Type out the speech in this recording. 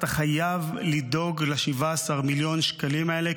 אתה חייב לדאוג ל-17 מיליון השקלים האלה,